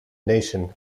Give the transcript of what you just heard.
nation